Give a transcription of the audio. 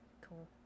Cool